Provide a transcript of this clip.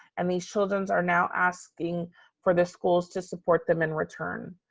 and these children are now asking for the schools to support them in return.